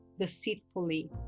deceitfully